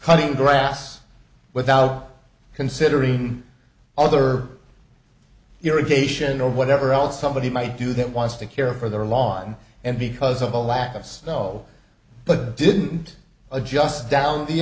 cutting grass without considering other your occasion or whatever else somebody might do that wants to care for their lawn and because of a lack of snow but didn't adjust down the